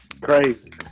Crazy